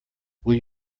will